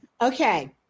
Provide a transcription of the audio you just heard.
Okay